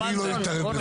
אני לא מתערב בזה.